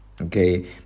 Okay